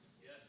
Yes